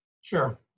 Sure